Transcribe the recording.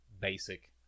basic